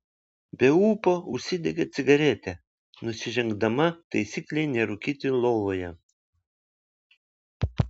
be ūpo užsidegė cigaretę nusižengdama taisyklei nerūkyti lovoje